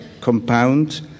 compound